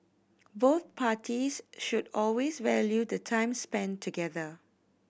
both parties should always value the time spent together